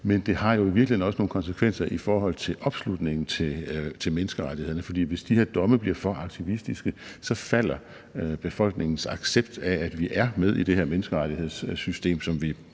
men det har jo i virkeligheden også nogle konsekvenser i forhold til opslutningen til menneskerettighederne, for hvis de her domme bliver for aktivistiske, så falder befolkningens accept af, at vi er med i det her menneskerettighedssystem, som vi